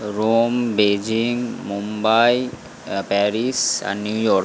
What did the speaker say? Rome Beijing Mumbai Paris আর New York